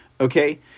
Okay